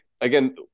again